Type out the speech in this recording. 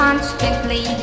Constantly